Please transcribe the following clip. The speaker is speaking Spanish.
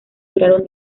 duraron